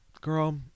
girl